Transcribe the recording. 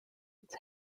its